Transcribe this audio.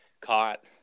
caught